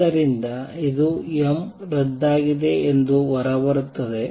ಆದ್ದರಿಂದ ಇದು m ರದ್ದಾಗಿದೆ ಎಂದು ಹೊರಬರುತ್ತದೆ